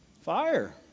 fire